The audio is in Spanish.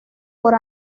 por